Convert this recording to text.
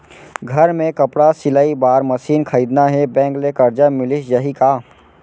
घर मे कपड़ा सिलाई बार मशीन खरीदना हे बैंक ले करजा मिलिस जाही का?